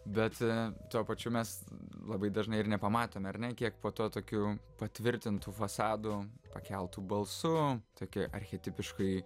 bet tuo pačiu mes labai dažnai ir nepamatome ar ne kiek po tuo tokiu patvirtintu fasadu pakeltu balsu tokiu archetipiškai